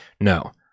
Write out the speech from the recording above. No